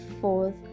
fourth